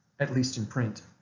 at least in print.